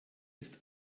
ist